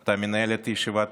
אתה מנהל את ישיבת